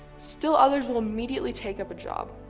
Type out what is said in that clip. still others will immediately take up a job.